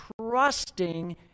trusting